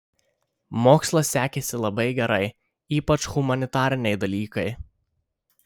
mokslas sekėsi labai gerai ypač humanitariniai dalykai